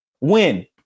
Win